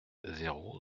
zéro